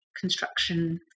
construction